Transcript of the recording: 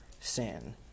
sin